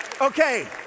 Okay